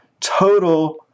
total